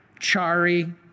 Chari